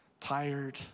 tired